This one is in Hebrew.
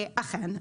אכן.